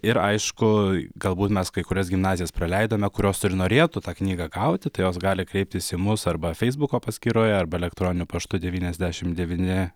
ir aišku galbūt mes kai kurias gimnazijas praleidome kurios ir norėtų tą knygą gauti tai jos gali kreiptis į mus arba feisbuko paskyroje arba elektroniniu paštu devyniasdešim devyni